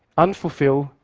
unfulfilled,